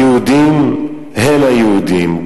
היהודים הם היהודים.